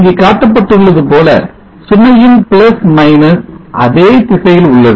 இங்கு காட்டப்பட்டுள்ளது போல சுமையின் அதே திசையில் உள்ளது